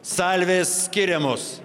salvės skiriamos